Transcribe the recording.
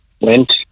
Went